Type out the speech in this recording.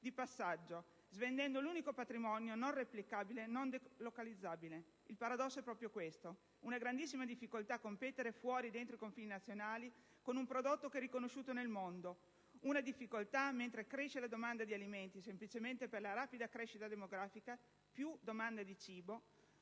di passaggio, svendendo l'unico patrimonio non replicabile e non localizzabile. Il paradosso è proprio questo: una grandissima difficoltà a competere, fuori e dentro i confini nazionali, con un prodotto che è riconosciuto nel mondo: una difficoltà che si registra mentre cresce la domanda di alimenti, semplicemente per la rapida crescita demografica, che induce più domanda di cibo